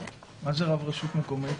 מה זה "רב רשות מקומית"?